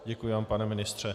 Děkuji vám, pane ministře.